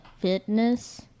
fitness